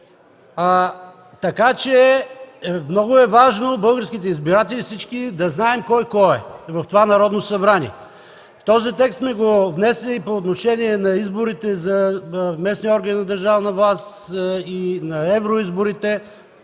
парадите. Много е важно всички български избиратели да знаят кой кой е в това Народно събрание. Този текст сме внесли и по отношение на изборите за местни органи на държавна власт, за евроизборите